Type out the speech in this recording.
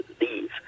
leave